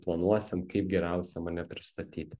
planuosim kaip geriausia mane pristatyti